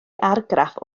argraff